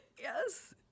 Yes